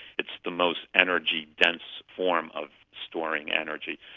it's the most energy dense form of storing energy,